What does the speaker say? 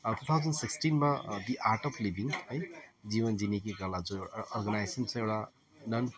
अब two thousand सिक्सटिनमा the art of living है जीवन जीने की कला जो अर्गनाइजेसन छ एउटा नन